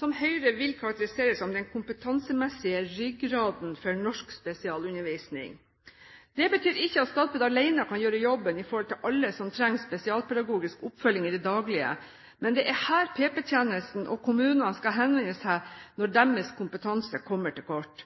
som Høyre vil karakterisere som den kompetansemessige ryggraden for norsk spesialundervisning. Det betyr ikke at Statped alene kan gjøre jobben i forhold til alle som trenger spesialpedagogisk oppfølging i det daglige, men det er her PP-tjenesten i kommunene skal henvende seg når deres